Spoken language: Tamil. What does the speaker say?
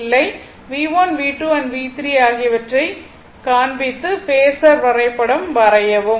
V1 V2 V3 ஆகியவற்றை காண்பித்து பேஸர் வரைபடம் வரையவும்